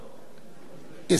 נא לצלצל, רבותי.